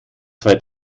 zwei